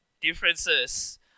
differences